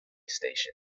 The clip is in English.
station